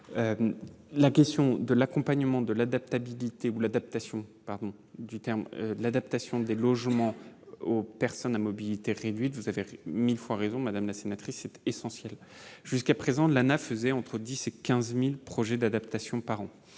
la question de l'accompagnement de l'adaptabilité ou l'adaptation du terme, l'adaptation des logements aux personnes à mobilité réduite, vous avez 1000 fois raison, Madame la sénatrice cet essentiel jusqu'à présent de la Nahe faisait entre 10 et 15000 projets d'adaptation par an,